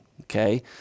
okay